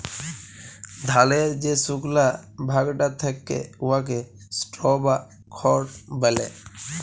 ধালের যে সুকলা ভাগটা থ্যাকে উয়াকে স্ট্র বা খড় ব্যলে